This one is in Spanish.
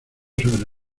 sobre